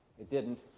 it didn't.